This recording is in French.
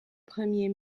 premier